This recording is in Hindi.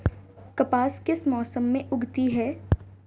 कपास किस मौसम में उगती है?